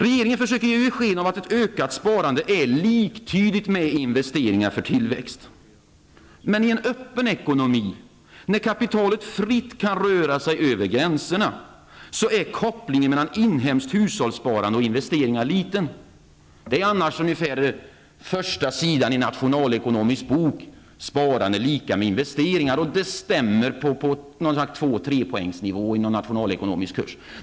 Regeringen försöker ge sken av att ett ökat sparande är liktydigt med investeringar för tillväxt. Men i en öppen ekonomi, där kapitalet fritt kan röra sig över gränserna, är kopplingen mellan inhemskt hushållssparande och investeringar liten. Det är annars ungefär första sidan i en lärobok i nationalekonomi att sparande är lika med investeringar. Det stämmer på tvåeller trepoängsnivå i en nationalekonomisk kurs.